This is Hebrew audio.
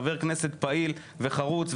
חבר כנסת פעיל וחרוץ,